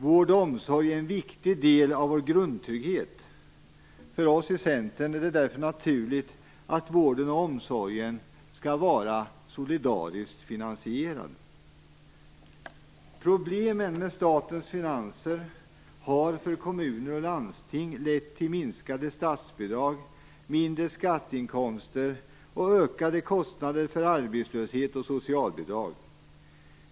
Vård om omsorg är en viktig del av vår grundtrygghet. För oss i Centern är det därför naturligt att vården och omsorgen skall vara solidariskt finansierad. Problemen med statens finanser har för kommuner och landsting lett till minskade statsbidrag, mindre skatteinkomster och ökade kostnader för arbetslöshet och socialbidrag.